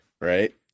right